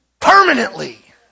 permanently